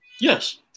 Yes